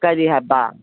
ꯀꯔꯤ ꯍꯥꯏꯕ